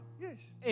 Yes